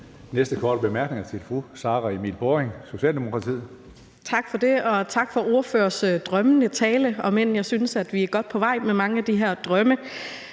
Næste korte bemærkning er til fru Sara Emil Baaring, Socialdemokratiet. Kl. 19:07 Sara Emil Baaring (S): Tak for det, og tak for ordførerens drømmende tale, om end jeg synes, at vi er godt på vej med mange af de her drømme.